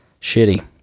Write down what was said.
shitty